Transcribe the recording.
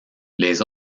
les